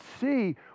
see